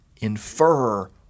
infer